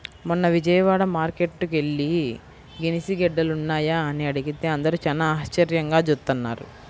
మొన్న విజయవాడ మార్కేట్టుకి యెల్లి గెనిసిగెడ్డలున్నాయా అని అడిగితే అందరూ చానా ఆశ్చర్యంగా జూత్తన్నారు